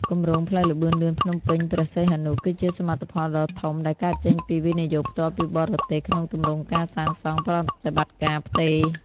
គម្រោងផ្លូវល្បឿនលឿនភ្នំពេញ-ព្រះសីហនុ គឺជាសមិទ្ធផលដ៏ធំដែលកើតចេញពី វិនិយោគផ្ទាល់ពីបរទេស ក្នុងទម្រង់ការសាងសង់-ប្រតិបត្តិការ-ផ្ទេរ។